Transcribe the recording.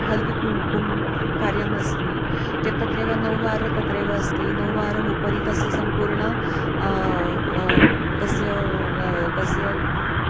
हल्दिकुम्कुं कार्यमस्मि चेत् तत्रैव नौवार तत्रैव अस्ति नव्वारम् उपरि तस्य सम्पूर्णं तस्य तस्य